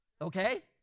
Okay